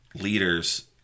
leaders